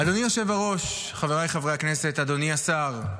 אדוני היושב-ראש, חבריי חברי הכנסת, אדוני השר,